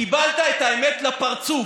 קיבלת את האמת לפרצוף.